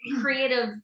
creative